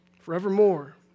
forevermore